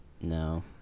No